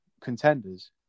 contenders